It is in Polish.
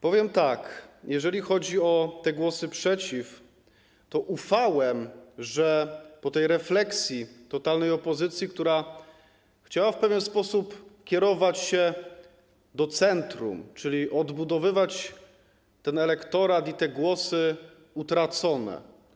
Powiem tak: Jeżeli chodzi o te głosy przeciw, to ufałem, że po tej refleksji totalnej opozycji, która chciała w pewien sposób kierować się do centrum, czyli odbudowywać elektorat i głosy utracone.